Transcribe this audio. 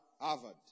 Harvard